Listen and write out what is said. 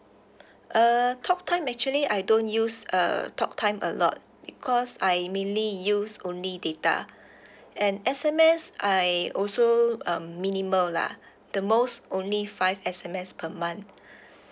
uh talk time actually I don't use uh talk time a lot because I mainly use only data and S_M_S I also uh minimal lah the most only five S_M_S per month